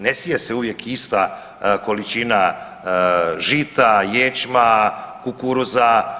Ne sije se uvijek ista količina žita, ječma, kukuruza.